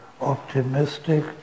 optimistic